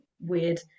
weird